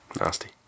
nasty